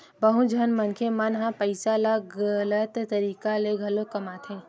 बहुत झन मनखे मन ह पइसा ल गलत तरीका ले घलो कमाथे